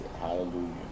hallelujah